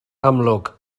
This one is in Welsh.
amlwg